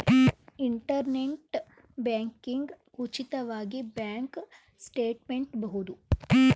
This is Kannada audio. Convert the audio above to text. ಇಂಟರ್ನೆಟ್ ಬ್ಯಾಂಕಿಂಗ್ ಉಚಿತವಾಗಿ ಬ್ಯಾಂಕ್ ಸ್ಟೇಟ್ಮೆಂಟ್ ಬಹುದು